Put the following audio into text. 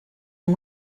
amb